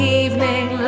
evening